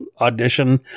audition